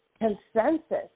consensus